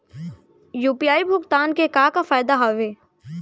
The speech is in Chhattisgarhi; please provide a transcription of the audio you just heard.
यू.पी.आई भुगतान के का का फायदा हावे?